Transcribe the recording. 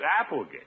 Applegate